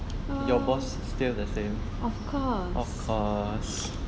ah of course